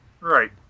Right